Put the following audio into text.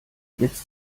jetzt